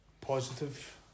positive